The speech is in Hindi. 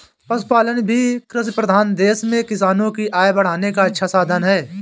पशुपालन भी कृषिप्रधान देश में किसानों की आय बढ़ाने का अच्छा साधन है